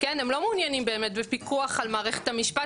הם לא מעוניינים באמת בפיקוח על מערכת המשפט,